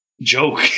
joke